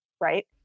right